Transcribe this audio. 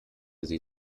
sie